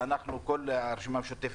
כל הרשימה המשותפת,